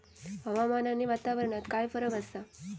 हवामान आणि वातावरणात काय फरक असा?